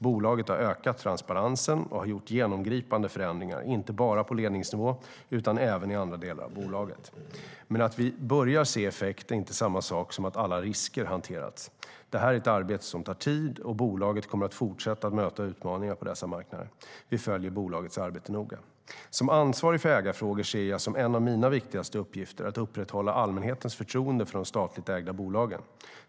Bolaget har ökat transparensen och har gjort genomgripande förändringar, inte bara på ledningsnivå utan även i andra delar av bolaget. Men att vi börjar se effekt är inte samma sak som att alla risker hanterats. Det här är ett arbete som tar tid, och bolaget kommer att fortsätta att möta utmaningar på dessa marknader. Vi följer bolagets arbete noga. Som ansvarig för ägarfrågorna ser jag som en av mina viktigaste uppgifter att upprätthålla allmänhetens förtroende för de statligt ägda bolagen.